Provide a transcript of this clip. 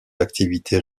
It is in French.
activités